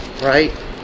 right